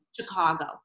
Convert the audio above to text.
Chicago